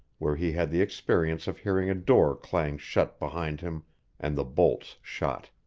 where he had the experience of hearing a door clang shut behind him and the bolts shot.